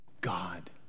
God